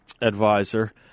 advisor